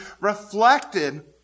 reflected